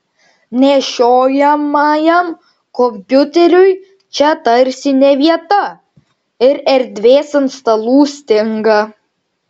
nešiojamajam kompiuteriui čia tarsi ne vieta ir erdvės ant stalų stinga